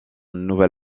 nouvel